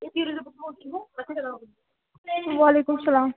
وَعلیکُم سَلام